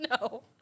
No